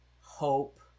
hope